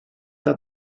that